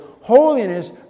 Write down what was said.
Holiness